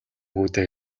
хүүдээ